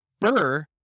Burr